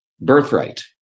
Birthright